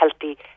healthy